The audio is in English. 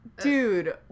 Dude